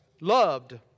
loved